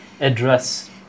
address